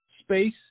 space